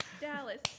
Dallas